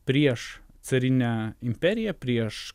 prieš carinę imperiją prieš